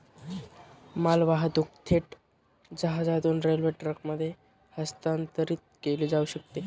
मालवाहतूक थेट जहाजातून रेल्वे ट्रकमध्ये हस्तांतरित केली जाऊ शकते